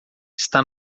está